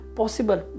possible